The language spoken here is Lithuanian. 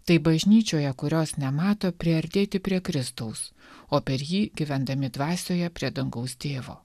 tai bažnyčioje kurios nemato priartėti prie kristaus o per jį gyvendami dvasioje prie dangaus tėvo